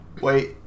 Wait